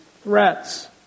Threats